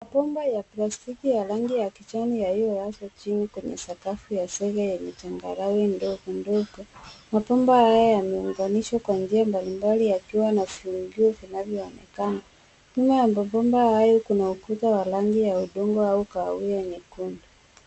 Bomba ya plastiki ya rangi ya kijani yaliyolazwa chini kwenye sakafu ya zenge yenye changarawe ndogondogo. Mabomba haya yameunganishwa kwa njia mbalimbali yakiwa na viungio vinavyoonekana. Nyuma ya mabomba hayo kuna ukuta wa rangi ya udongo au kahawia nyekundu.